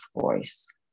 voice